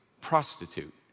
prostitute